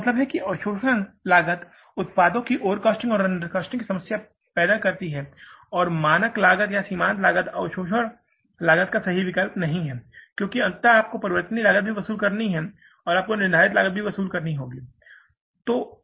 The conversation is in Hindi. तो इसका मतलब है कि अवशोषण लागत उत्पादों की ओवरकोस्टिंग या अंडरस्टॉस्टिंग की समस्या पैदा करती है और मानक लागत या सीमांत लागत अवशोषण लागत का सही विकल्प नहीं है क्योंकि अंततः आपको परिवर्तनीय लागत भी वसूल करनी होती है आपको निर्धारित लागत की वसूली भी करनी होती है